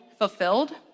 fulfilled